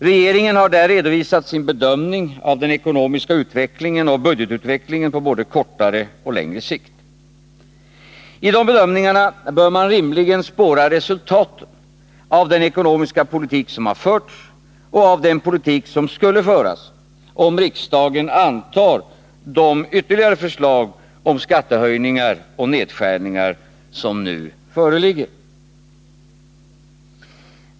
Regeringen har där redovisat sin bedömning av den ekonomiska utvecklingen och budgetutvecklingen på både kortare och längre sikt. I dessa bedömningar bör man rimligen spåra resultaten av den ekonomiska politik som förts och av den politik som skulle föras, om riksdagen antar de ytterligare förslag om skattehöjningar och nedskärningar som nu föreligger.